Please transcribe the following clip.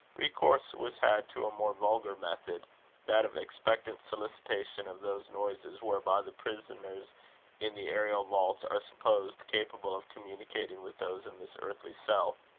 recourse was had to a more vulgar method that of expectant solicitation of those noises whereby the prisoners in the aerial vaults are supposed capable of communicating with those in this earthly cell.